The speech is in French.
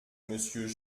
monsieur